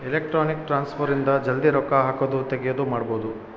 electronic transfer ಇಂದ ಜಲ್ದೀ ರೊಕ್ಕ ಹಾಕೋದು ತೆಗಿಯೋದು ಮಾಡ್ಬೋದು